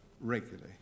regularly